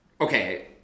Okay